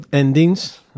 Endings